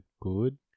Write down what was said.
good